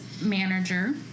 manager